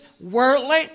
worldly